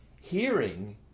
hearing